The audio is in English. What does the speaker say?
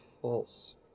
false